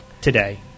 today